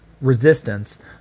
resistance